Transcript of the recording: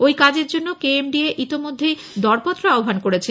ওই কাজের জন্য কেএমডিএ ইতিমধ্যেই দরপত্র আহ্বান করেছে